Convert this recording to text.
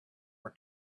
were